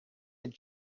had